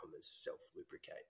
self-lubricate